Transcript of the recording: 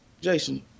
Jason